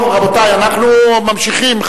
רבותי, אנחנו ממשיכים.